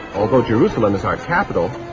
although jerusalem is our capital,